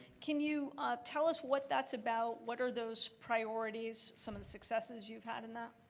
can you tell us what that's about? what are those priorities? some of the successes you've had in that?